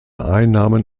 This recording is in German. einnahmen